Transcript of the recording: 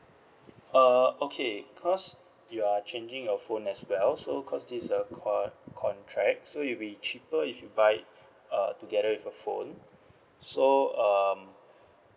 uh okay cause you are changing your phone as well so cause this is a con~ contract so it'll be cheaper if you buy uh together with a phone so um